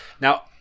Now